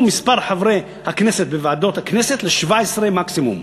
מספר חברי הכנסת בוועדות הכנסת ל-17 מקסימום.